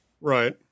Right